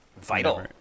Vital